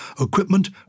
equipment